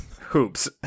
Hoops